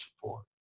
support